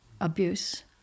abuse